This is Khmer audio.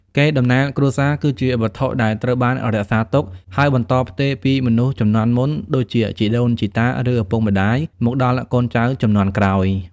កេរដំណែលគ្រួសារ គឺជាវត្ថុដែលត្រូវបានរក្សាទុក ហើយបន្តផ្ទេរពីមនុស្សជំនាន់មុន ដូចជាជីដូនជីតា ឬឪពុកម្ដាយ មកដល់កូនចៅជំនាន់ក្រោយ។